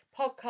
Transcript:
podcast